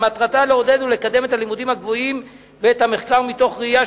שמטרתה לעודד ולקדם את הלימודים הגבוהים ואת המחקר מתוך ראייה